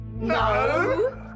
no